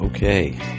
okay